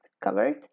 covered